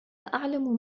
أعلم